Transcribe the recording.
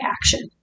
action